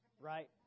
right